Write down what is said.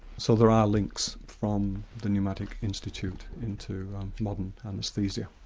so there are links from the pneumatic institute into modern anaesthesia.